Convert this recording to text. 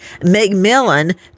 McMillan